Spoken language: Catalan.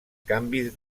canvis